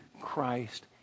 Christ